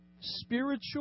spiritual